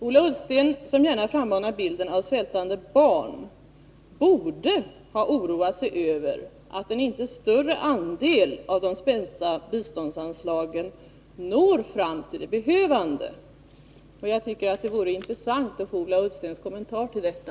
Ola Ullsten, som gärna frammanar bilden av svältande barn, borde ha oroat sig över att en större andel av de svenska biståndsanslagen inte når fram till de behövande. Jag tycker att det vore intressant att få Ola Ullstens kommentar till detta.